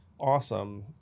awesome